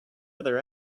other